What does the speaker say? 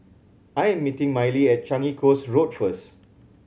I am meeting Mylee at Changi Coast Road first